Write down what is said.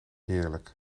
heerlijk